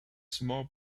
small